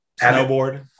snowboard